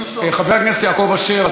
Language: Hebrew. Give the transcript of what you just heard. חבר הכנסת יעקב אשר,